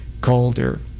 colder